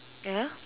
ya